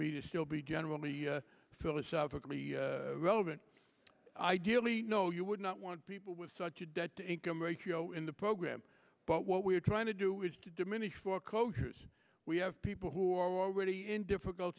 to still be general the philosophical the relevant ideally no you would not want people with such a debt to income ratio in the program but what we're trying to do is to diminish foreclosures we have people who are already in difficult